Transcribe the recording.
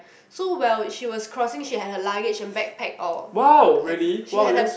so while she was crossing she had her luggage her backpack or like she had her